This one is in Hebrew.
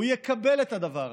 הוא יקבל את הדבר.